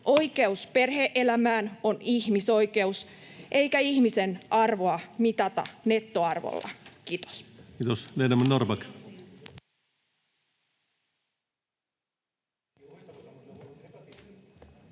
Oikeus perhe-elämään on ihmisoikeus, eikä ihmisen arvoa mitata nettoarvolla. — Kiitos!